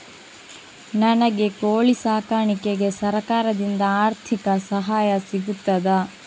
ನನಗೆ ಕೋಳಿ ಸಾಕಾಣಿಕೆಗೆ ಸರಕಾರದಿಂದ ಆರ್ಥಿಕ ಸಹಾಯ ಸಿಗುತ್ತದಾ?